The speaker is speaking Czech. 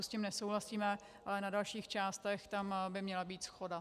S tím nesouhlasíme, ale na dalších částech tam by měla být shoda.